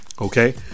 Okay